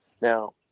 Now